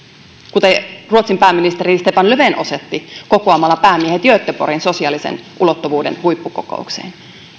kuten ruotsin pääministeri stefan löfven osoitti kokoamalla päämiehet göteborgiin sosiaalisen ulottuvuuden huippukokoukseen